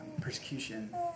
persecution